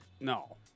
No